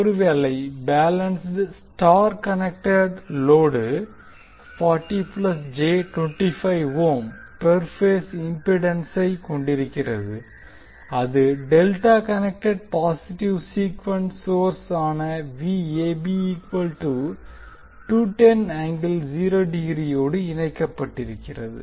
ஒருவேளை balanced star connected load per phase இம்பிடன்சை கொண்டிருக்கிறது அது delta connected positive sequence source ஆன ஓடு இணைக்கப்பட்டிருக்கிறது